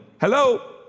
hello